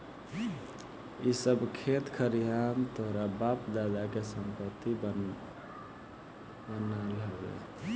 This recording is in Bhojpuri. इ सब खेत खरिहान तोहरा बाप दादा के संपत्ति बनाल हवे